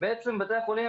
אבל הפרויקטור של הקורונה,